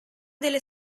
delle